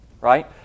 right